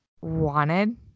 wanted